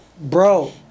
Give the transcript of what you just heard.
Bro